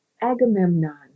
Agamemnon